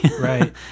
right